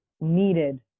needed